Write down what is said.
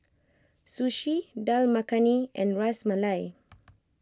Sushi Dal Makhani and Ras Malai